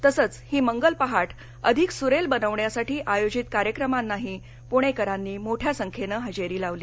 तसच ही मंगल पहाट अधिक सुरेल बनवण्यासाठी आयोजित कार्यक्रमांनाही पुणेकरांनी मोठ्या संख्येन हजेरी लावली